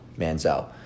Manziel